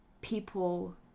people